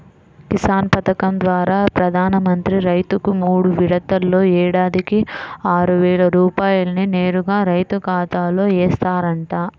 కిసాన్ పథకం ద్వారా ప్రధాన మంత్రి రైతుకు మూడు విడతల్లో ఏడాదికి ఆరువేల రూపాయల్ని నేరుగా రైతు ఖాతాలో ఏస్తారంట